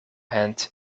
hand